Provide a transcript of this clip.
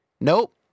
Nope